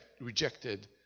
rejected